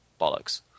bollocks